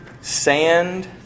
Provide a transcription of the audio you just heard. Sand